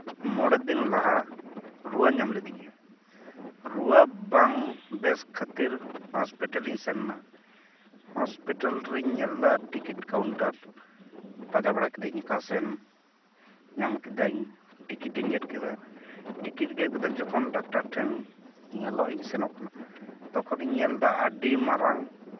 ᱢᱚᱬᱮ ᱫᱤᱱ ᱞᱟᱦᱟ ᱨᱩᱣᱟᱹ ᱧᱟᱢ ᱞᱤᱫᱤᱧᱟ ᱨᱩᱣᱟᱹ ᱵᱟᱝᱵᱮᱥ ᱠᱷᱟᱹᱛᱤᱨ ᱦᱚᱥᱯᱤᱴᱟᱞᱤᱧ ᱥᱮᱱ ᱱᱟ ᱦᱚᱥᱯᱤᱴᱟᱞ ᱨᱤᱧ ᱧᱮᱞᱫᱟ ᱴᱤᱠᱤᱴ ᱠᱟᱣᱩᱱᱴᱟᱨ ᱯᱟᱸᱡᱟ ᱵᱟᱲᱟ ᱠᱤᱫᱟᱹᱧ ᱚᱠᱟ ᱥᱮᱱ ᱧᱟᱢ ᱠᱤᱫᱟᱹᱧ ᱴᱤᱠᱤᱴᱤᱧ ᱜᱮᱫ ᱠᱮᱫᱟ ᱴᱤᱠᱤᱴ ᱜᱮᱫ ᱠᱟᱛᱮᱫ ᱡᱚᱠᱷᱚᱱ ᱰᱟᱠᱛᱟᱨ ᱴᱷᱮᱱ ᱧᱮᱞᱚᱜ ᱤᱧ ᱥᱮᱱᱚᱜ ᱠᱟᱱᱟ ᱛᱚᱠᱷᱚᱱᱤᱧ ᱧᱮᱞᱫᱟ ᱟᱹᱰᱤ ᱢᱟᱨᱟᱝ